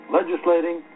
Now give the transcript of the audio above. legislating